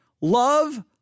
love